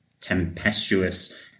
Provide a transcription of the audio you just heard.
tempestuous